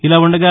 ఇలా ఉండగా